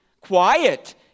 quiet